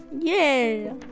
Yay